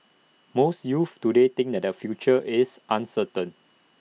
most youths today think that their future is uncertain